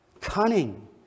Cunning